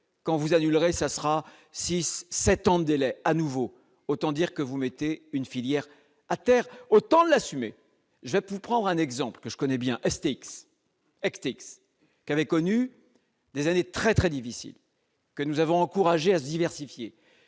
quand vous annulerait ça sera 6 7 ans délai à nouveau, autant dire que vous mettez une filière à terre, autant l'assumer, je vous prends un exemple que je connais bien STX explique qu'avait connu des années très très difficiles que nous avons encouragé à se diversifier,